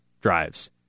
drives